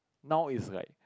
now is like